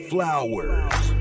Flowers